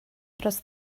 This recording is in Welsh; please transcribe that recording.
dros